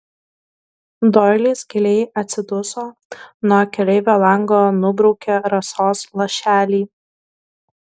doilis giliai atsiduso nuo keleivio lango nubraukė rasos lašelį